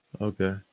Okay